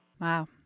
Wow